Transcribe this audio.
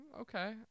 Okay